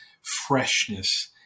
freshness